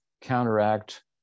counteract